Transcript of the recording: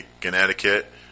Connecticut